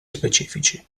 specifici